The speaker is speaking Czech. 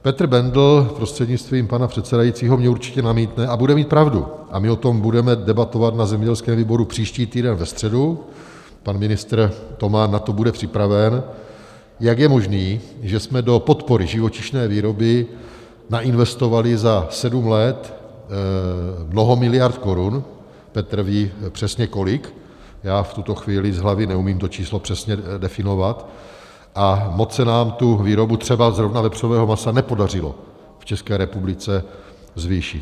Petr Bendl prostřednictvím pana předsedajícího mi určitě namítne a bude mít pravdu a my o tom budeme debatovat na zemědělském výboru příští týden ve středu, pan ministr Toman na to bude připraven jak je možné, že jsme do podpory živočišné výroby investovali za sedm let mnoho miliard korun, Petr ví přesně kolik, já v tuto chvíli z hlavy neumím to číslo přesně definovat, a moc se nám tu výrobu třeba zrovna vepřového masa nepodařilo v České republice zvýšit.